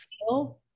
feel